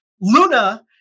Luna